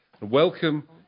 Welcome